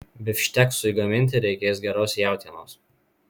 bifšteksui gaminti reikės geros jautienos